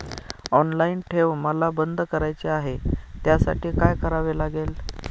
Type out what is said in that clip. Online ठेव मला बंद करायची आहे, त्यासाठी काय करावे लागेल?